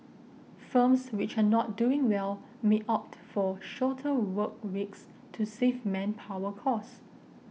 firms which are not doing well may opt for shorter work weeks to save manpower costs